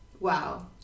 Wow